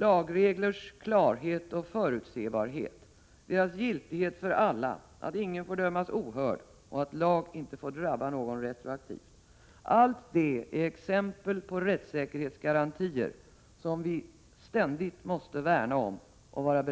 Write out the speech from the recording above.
Lagreglers klarhet och förutsebarhet, deras giltighet för alla, att ingen får dömas ohörd och att lag inte får drabba någon retroaktivt — allt detta är exempel på rättssäkerhetsgarantier, som vi ständigt måste värna om och vara